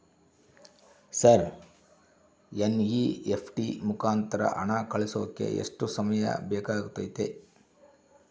Sir NEFT ಮುಖಾಂತರ ಹಣ ಕಳಿಸೋಕೆ ಎಷ್ಟು ಸಮಯ ಬೇಕಾಗುತೈತಿ?